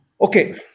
Okay